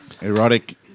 Erotic